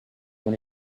dans